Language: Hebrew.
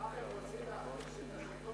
בכך הם רוצים להחליף את השלטון